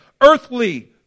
earthly